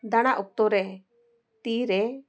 ᱫᱟᱬᱟ ᱚᱠᱛᱚ ᱨᱮ ᱛᱤᱨᱮ